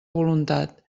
voluntat